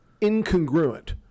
incongruent